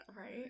Right